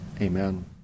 Amen